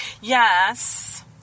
Yes